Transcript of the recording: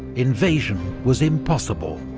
invasion was impossible,